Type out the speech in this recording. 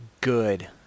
good